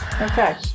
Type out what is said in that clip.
Okay